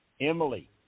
Emily